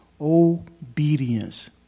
Obedience